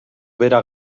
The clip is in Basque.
bera